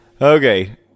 Okay